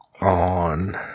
on